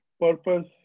purpose